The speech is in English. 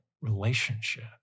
relationship